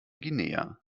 guinea